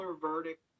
verdict